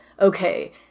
okay